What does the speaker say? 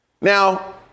Now